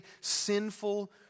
sinful